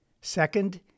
Second